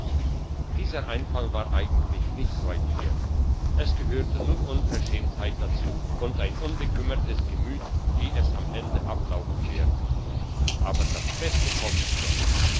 dieser einfall war eigentlich nicht weit her es gehörte nur unverschämtheit dazu und ein unbekümmertes gemüt wie es am ende ablaufen werde aber das beste kommt noch